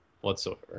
whatsoever